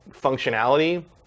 functionality